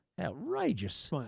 Outrageous